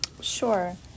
Sure